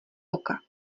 oka